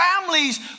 families